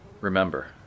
Remember